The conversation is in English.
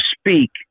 speak